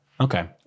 Okay